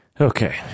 Okay